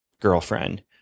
girlfriend